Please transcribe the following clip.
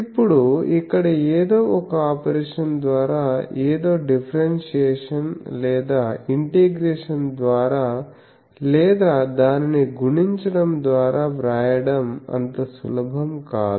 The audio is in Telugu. ఇప్పుడు ఇక్కడ ఏదో ఒక ఆపరేషన్ ద్వారా ఏదో డిఫరెంషియేషన్ లేదా ఇంటిగ్రేషన్ ద్వారా లేదా దానిని గుణించడం ద్వారా వ్రాయడం అంత సులభం కాదు